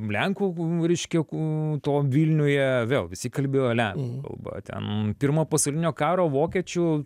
lenkų reiškia ku to vilniuje vėl visi kalbėjo lenkų kalba ten pirmo pasaulinio karo vokiečių